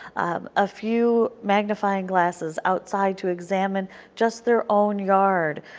a few magnifying glasses outside to examine just their own yard,